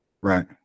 Right